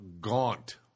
gaunt